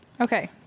Okay